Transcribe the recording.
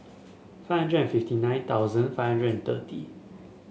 five hundred and fifty nine thousand five hundred and thirty